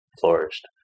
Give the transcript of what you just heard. flourished